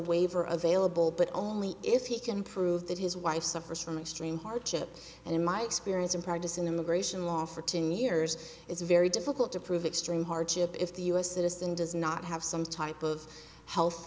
waiver available but only if he can prove that his wife suffers from extreme hardship and in my experience in practice in immigration law for ten years it's very difficult to prove extreme hardship if the us citizen does not have some type of health